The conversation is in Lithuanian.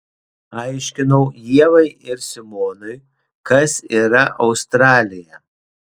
aiškinau ievai ir simonui kas yra australija